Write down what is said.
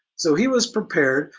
so he was prepared,